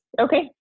Okay